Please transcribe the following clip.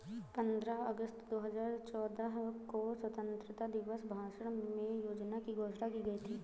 पन्द्रह अगस्त दो हजार चौदह को स्वतंत्रता दिवस भाषण में योजना की घोषणा की गयी थी